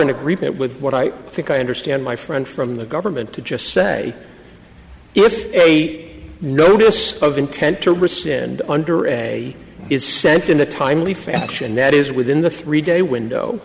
in agreement with what i think i understand my friend from the government to just say if eight notice of intent to rescind under a is sent in a timely fashion that is within the three day window